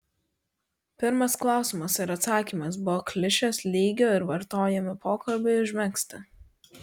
pirmas klausimas ir atsakymas buvo klišės lygio ir vartojami pokalbiui užmegzti